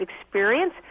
experience